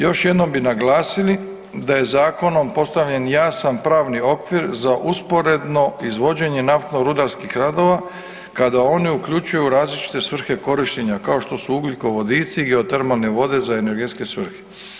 Još jednom bi naglasili da je Zakonom postavljen jasan pravni okvir za usporedno izvođenje naftno-rudarskih radova kada oni uključuju različite svrhe korištenja kao što su ugljikovodici, geotermalne vode za energetske svrhe.